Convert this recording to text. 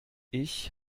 ich